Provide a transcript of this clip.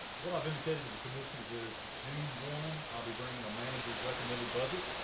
what i've indicated to the commissioners is june one, i'll be bringing a manager's recommended budget.